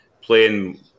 playing